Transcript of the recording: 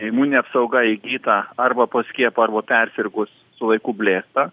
imuninė apsauga įgyta arba po skiepo arba persirgus su laiku blėsta